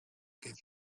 give